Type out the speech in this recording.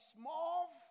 small